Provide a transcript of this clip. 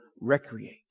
recreate